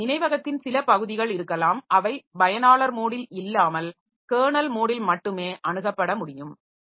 எனவே நினைவகத்தின் சில பகுதிகள் இருக்கலாம் அவை பயனாளர் மோடில் இல்லாமல் கெர்னல் மோடில் மட்டுமே அணுகப்பட முடியும்